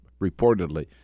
reportedly